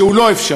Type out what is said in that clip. שהוא לא אפשרי,